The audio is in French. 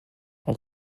elle